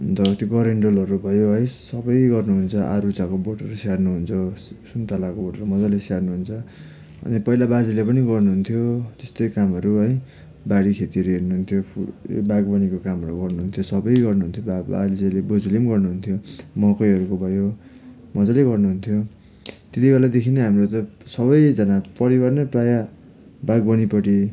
अन्त त्यो गरेन्डलहरू भयो है सबै गर्नुहुन्छ आरूचाको बोटहरू स्याहार्नुहुन्छ सुन्तलाको बोटहरू मजाले स्याहार्नुहुन्छ अन्त पहिला बाजेले पनि गर्नुहुन्थ्यो त्यस्तै कामहरू है बारीखेतीहरू हेर्नुहुन्थ्यो फु बागवानीको कामहरू गर्नुहुन्थ्यो सबै गर्नुहुन्थ्यो बा बाजेले बोजूले पनि गर्नुहुन्थ्यो मकैहरूको भयो मजाले गर्नुहुन्थ्यो त्यति बेलादेखि नै हाम्रो त सबैजना परिवार नै प्रायः बागवानीपट्टि